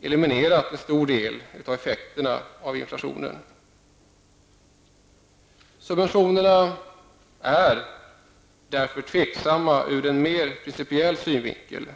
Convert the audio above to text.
eliminerat en stor del av effekterna av inflationen. Subventionerna är därför tvivelaktiga ur en mer principiell synvinkel.